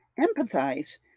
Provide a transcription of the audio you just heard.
empathize